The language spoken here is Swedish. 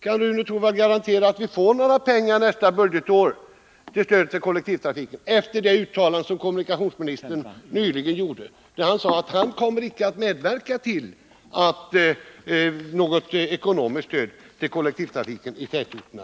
Kan Rune Torwald garantera att vi får några pengar nästa år till stöd för kollektivtrafiken efter kommunikationsministerns uttalande nyligen? Han sade nämligen att han icke kommer att medverka till att det lämnas något ekonomiskt stöd till kollektivtrafiken i tätorterna.